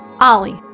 Ollie